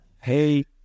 Hey